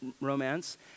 romance